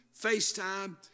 FaceTime